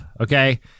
okay